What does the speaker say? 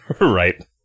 Right